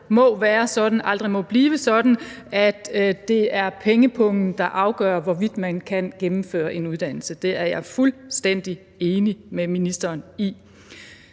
må være sådan og aldrig må blive sådan, at det er pengepungen, der afgør, hvorvidt man kan gennemføre en uddannelse. Det er jeg fuldstændig enig med ministeren i.